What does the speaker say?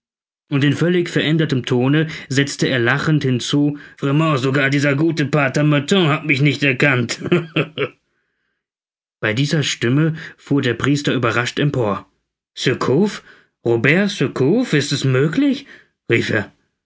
und in völlig verändertem tone setzte er lachend hinzu vraiment sogar dieser gute pater martin hat mich nicht erkannt bei dieser stimme fuhr der priester überrascht empor surcouf robert surcouf ist es möglich rief er